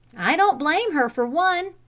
i don't blame her, for one!